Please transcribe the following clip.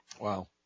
wow